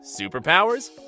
Superpowers